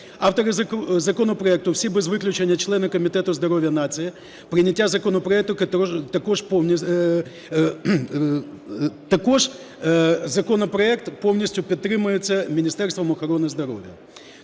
Автори законопроекту, всі без виключення члени Комітету здоров'я нації, прийняття законопроекту… Також законопроект повністю підтримується Міністерством охорони здоров'я.